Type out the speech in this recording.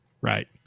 right